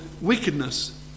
wickedness